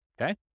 Okay